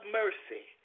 mercy